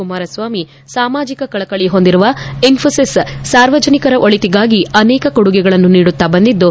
ಕುಮಾರಸ್ವಾಮಿ ಸಾಮಾಜಿಕ ಕಳಕಳಿ ಹೊಂದಿರುವ ಇನ್ನೋಸಿಸ್ ಸಾರ್ವಜನಿಕರ ಒಳಿತಿಗಾಗಿ ಅನೇಕ ಕೊಡುಗೆಗಳನ್ನು ನೀಡುತ್ತಾ ಬಂದಿದ್ದು